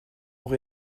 pour